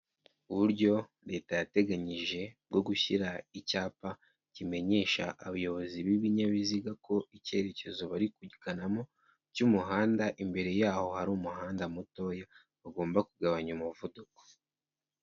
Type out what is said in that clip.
Uburyo Leta yateganyije bwo gushyira icyapa kimenyesha abayobozi b'ibinyabiziga ko icyerekezo bari ku gikaramo cy'umuhanda, imbere yaho hari umuhanda mutoya bagomba kugabanya umuvuduko.